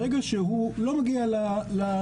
ברגע שהוא לא מגיע לבדיקה,